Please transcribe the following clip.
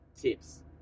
tips